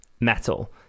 Metal